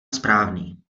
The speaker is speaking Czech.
správný